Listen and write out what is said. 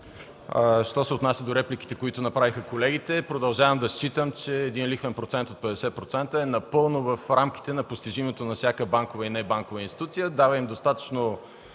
Що се отнася до репликите, които направиха колегите, продължавам да считам, че един лихвен процент от 50% е напълно в рамките на постижимото на всяка банкова и небанкова институция, дава им достатъчно